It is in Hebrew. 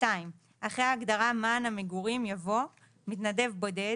אחרי ההגדרה "מען המגורים" יבוא: "מתנדב בודד"